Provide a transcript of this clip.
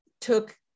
took